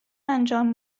انجام